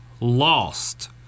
lost